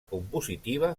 compositiva